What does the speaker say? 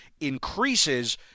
increases